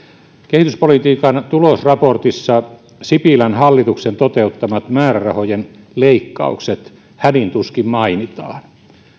kehityspolitiikan tulosraportissa sipilän hallituksen toteuttamat määrärahojen leikkaukset hädin tuskin mainitaan